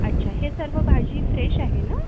अच्छा हे सर्व भाजी फ्रेश आहे ना